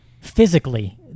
physically